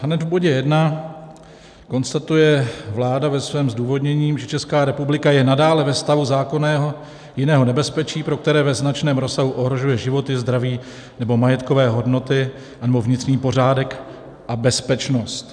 Hned v bodě 1 konstatuje vláda ve svém zdůvodnění, že Česká republika je nadále ve stavu zákonného jiného nebezpečí, které ve značném rozsahu ohrožuje životy, zdraví nebo majetkové hodnoty anebo vnitřní pořádek a bezpečnost.